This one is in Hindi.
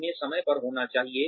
उन्हें समय पर होना चाहिए